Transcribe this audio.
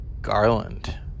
Garland